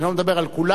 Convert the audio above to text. אני לא מדבר על כולם.